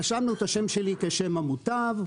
רשמנו את השם שלי כשם המוטב,